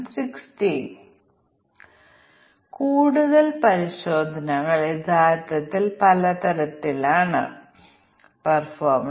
ഞങ്ങൾക്ക് 3 മൂല്യങ്ങൾ എടുക്കാവുന്ന മറ്റൊരു പാരാമീറ്ററായി സ്ക്രീനും 2 മൂല്യങ്ങൾ എടുക്കാൻ കഴിയുന്ന മറ്റൊരു പാരാമീറ്ററുമാണ് കീബോർഡ്